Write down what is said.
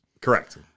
Correct